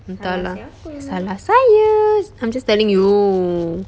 salah saya I'm just telling you